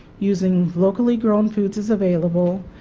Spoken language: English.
using locally grown foods as available,